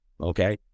Okay